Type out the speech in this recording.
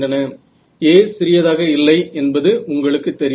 a சிறியதாக இல்லை என்பது உங்களுக்கு தெரியும்